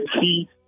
see